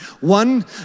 one